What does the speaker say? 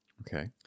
Okay